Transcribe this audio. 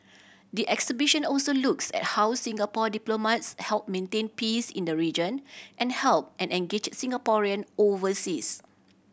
the exhibition also looks at how Singapore diplomats help maintain peace in the region and help and engage Singaporean overseas